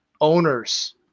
owners